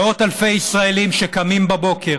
מאות אלפי ישראלים שקמים בבוקר,